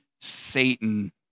Satan